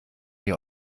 ihr